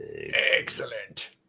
Excellent